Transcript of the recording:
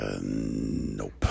Nope